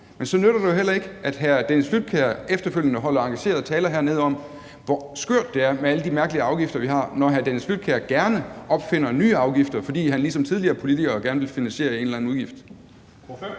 Men så nytter det jo heller ikke, at hr. Dennis Flydtkjær efterfølgende holder engagerede taler hernede om, hvor skørt det er med alle de mærkelige afgifter, vi har, når hr. Dennis Flydtkjær gerne opfinder nye afgifter, fordi han ligesom tidligere politikere gerne vil finansiere en eller anden udgift.